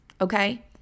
Okay